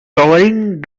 covering